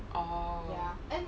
oh